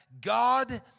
God